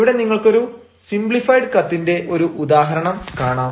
ഇവിടെ നിങ്ങൾക്കൊരു സിംപ്ലിഫൈഡ് കത്തിന്റെ ഒരു ഉദാഹരണം കാണാം